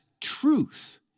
truth